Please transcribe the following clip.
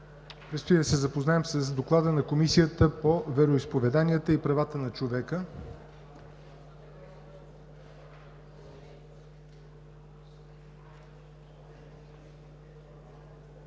Предстои да се запознаем с Доклада на Комисията по вероизповеданията и правата на човека.